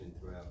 throughout